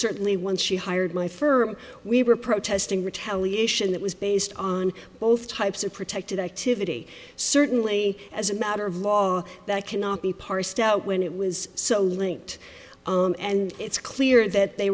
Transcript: certainly once she hired my firm we were protesting retaliation that was based on both types of protected activity certainly as a matter of law that cannot be parsed out when it was so linked and it's clear that they